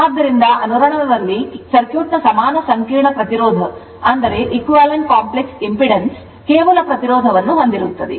ಆದ್ದರಿಂದ ಅನುರಣನದಲ್ಲಿ ಸರ್ಕ್ಯೂಟ್ನ ಸಮಾನ ಸಂಕೀರ್ಣ ಪ್ರತಿರೋಧವು ಕೇವಲ ಪ್ರತಿರೋಧವನ್ನು ಹೊಂದಿರುತ್ತದೆ